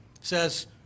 says